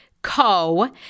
Co